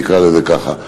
נקרא לזה ככה.